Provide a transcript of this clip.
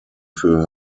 für